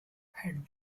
had